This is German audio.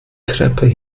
treppe